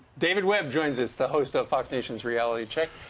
david webb joins us the host of fox nation reality check.